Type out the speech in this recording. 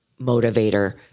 motivator